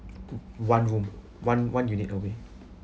um one room one one unit away